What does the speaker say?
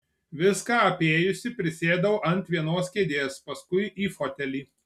viską apėjusi prisėdau ant vienos kėdės paskui į fotelį